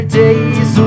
days